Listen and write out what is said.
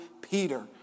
Peter